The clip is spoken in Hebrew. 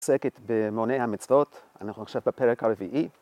‫עסקת במוני המצוות, ‫אנחנו עכשיו בפרק הרביעי.